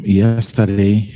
yesterday